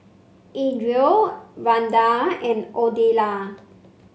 Adrien Randall and Odelia